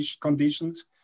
conditions